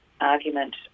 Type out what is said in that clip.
argument